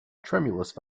tremulous